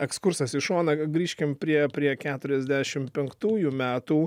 ekskursas į šoną grįžkim prie prie keturiasdešimt penktųjų metų